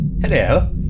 Hello